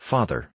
Father